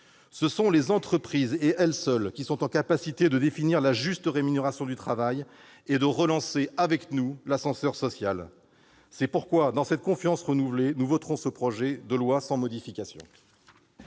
Ce sont les entreprises, et elles seules, qui sont en capacité de définir la juste rémunération du travail et de relancer, avec nous, l'ascenseur social. C'est pourquoi, dans cette confiance renouvelée, nous voterons ce projet de loi sans modification.